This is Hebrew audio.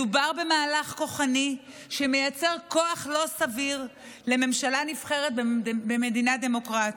מדובר במהלך כוחני שמייצר כוח לא סביר לממשלה נבחרת במדינה דמוקרטית.